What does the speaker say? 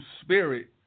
spirit